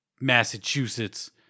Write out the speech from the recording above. Massachusetts